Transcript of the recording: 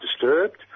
disturbed